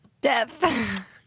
Death